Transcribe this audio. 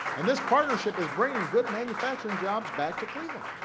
and this partnership is bringing good manufacturing jobs back to cleveland.